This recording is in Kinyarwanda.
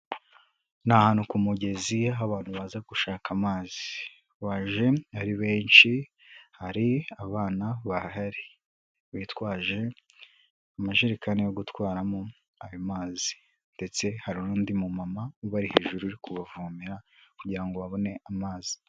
Ni ahantu ku mugezi aho abantu baza gushaka amazi, baje ari benshi, hari abana bahari bitwaje amajerekani yo gutwaramo ayo mazi, ndetse hari n'undi mumama ubari hejuru uri kubavomera kugirango ngo babone amazi.